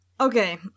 okay